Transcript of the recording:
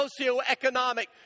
socioeconomic